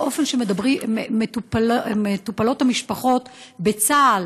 לאופן שבו מטופלות המשפחות בצה"ל,